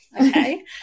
okay